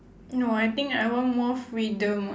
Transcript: no I think I want more freedom